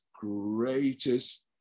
greatest